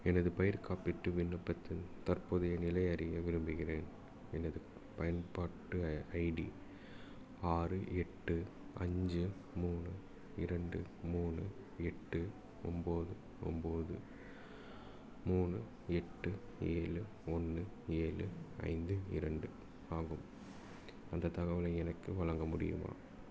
எனது பயிர் காப்பீட்டு விண்ணப்பத்தின் தற்போதைய நிலையை அறிய விரும்புகிறேன் எனது பயன்பாட்டு ஐடி ஆறு எட்டு அஞ்சு மூணு இரண்டு மூணு எட்டு ஒம்போது ஒம்போது மூணு எட்டு ஏழு ஒன்று ஏழு ஐந்து இரண்டு ஆகும் அந்த தகவலை எனக்கு வழங்க முடியுமா